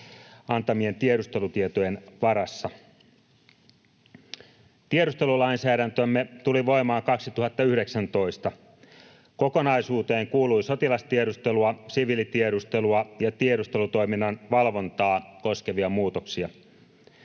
antamien tiedustelutietojen varassa. Tiedustelulainsäädäntömme tuli voimaan 2019. Kokonaisuuteen kuului sotilastiedustelua, siviilitiedustelua ja tiedustelutoiminnan valvontaa koskevia muutoksia.